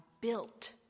built